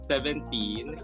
Seventeen